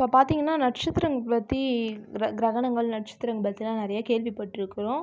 இப்போ பார்த்தீங்கனா நட்சத்திரம் பற்றி கிர கிரகணங்கள் நட்சத்திரங்கள் பற்றிலாம் நிறைய கேள்விப்பட்ருக்கிறோம்